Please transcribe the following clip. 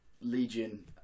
legion